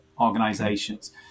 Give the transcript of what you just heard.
organizations